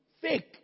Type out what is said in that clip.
Fake